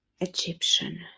Egyptian